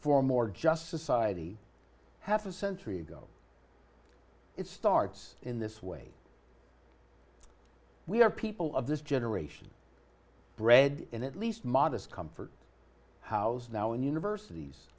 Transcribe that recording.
for more just society half a century ago it starts in this way we are people of this generation bred in at least modest comfort housed now in universities